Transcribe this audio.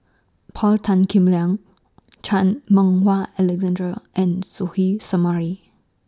Paul Tan Kim Liang Chan Meng Wah Alexander and Suzairhe Sumari